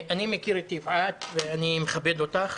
אני מכיר את יפעת ואני מכבד אותך,